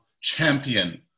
champion